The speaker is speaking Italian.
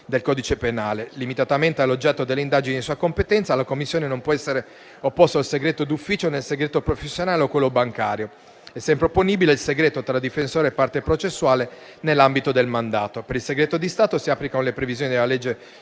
del codice penale. Limitatamente all'oggetto delle indagini di sua competenza, alla Commissione non possono essere opposti il segreto d'ufficio, né il segreto professionale o quello bancario; è sempre opponibile il segreto tra difensore e parte processuale nell'ambito del mandato. Per il segreto di Stato si applicano le previsioni della legge